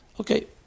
Okay